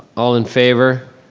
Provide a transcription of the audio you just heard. ah all in favor?